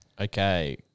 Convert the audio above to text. Okay